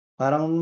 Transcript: parang